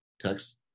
text